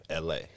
la